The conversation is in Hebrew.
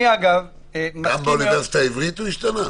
גם באוניברסיטה העברית הוא השתנה?